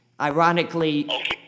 Ironically